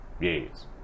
Yes